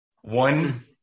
One